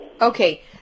Okay